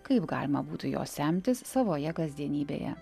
kaip galima būtų jos semtis savoje kasdienybėje